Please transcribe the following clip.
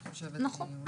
נכון.